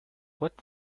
what